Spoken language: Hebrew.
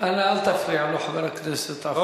אנא אל תפריע לו, חבר הכנסת עפו אגבאריה.